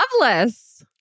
loveless